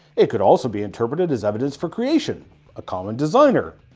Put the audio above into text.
it could also be interepreted as evidence for creation a common designer.